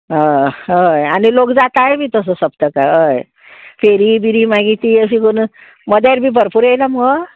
हय हय आनी लोक जाताय बी तसो सप्तका हय फेरी बिरी मागीर ती अशी करून मदेर बी भरपूर येयलां मुगो